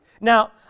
Now